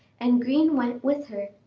and green went with her.